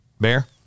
Bear